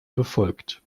befolgt